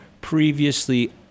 previously